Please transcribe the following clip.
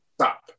Stop